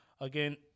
again